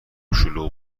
شلوغ